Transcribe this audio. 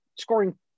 scoring